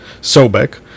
Sobek